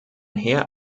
herr